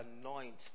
anoint